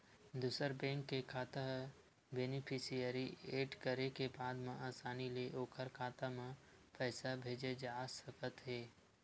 दूसर बेंक के खाता ह बेनिफिसियरी एड करे के बाद म असानी ले ओखर खाता म पइसा भेजे जा सकत हे